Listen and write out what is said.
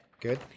Good